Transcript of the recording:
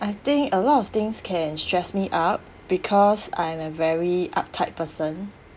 I think a lot of things can stress me up because I am a very uptight person